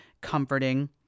comforting